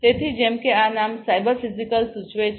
તેથી જેમ કે આ નામ સાયબર ફિઝિકલ સૂચવે છે